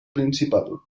principal